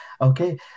Okay